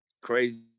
Crazy